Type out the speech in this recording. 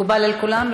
מקובל על כולם?